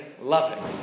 loving